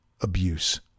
abuse